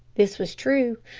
this was true.